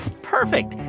perfect.